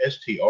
STR